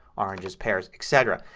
oranges, pears, etc.